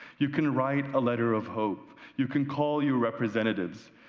you can write a letter of hope, you can call your representatives,